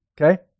okay